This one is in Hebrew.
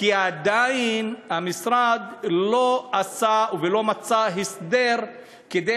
כי המשרד עדיין לא עשה דבר ולא מצא הסדר כדי